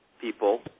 people